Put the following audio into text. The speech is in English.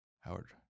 Howard